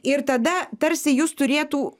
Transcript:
ir tada tarsi jus turėtų